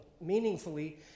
meaningfully